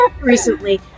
recently